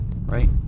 right